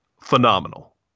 phenomenal